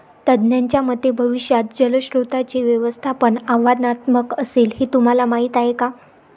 तज्ज्ञांच्या मते भविष्यात जलस्रोतांचे व्यवस्थापन आव्हानात्मक असेल, हे तुम्हाला माहीत आहे का?